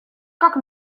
как